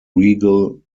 regal